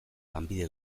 lanbide